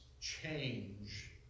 change